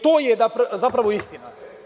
To je, zapravo, istina.